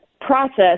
process